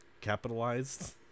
capitalized